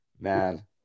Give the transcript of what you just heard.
man